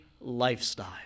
lifestyle